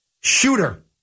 shooter